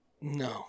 No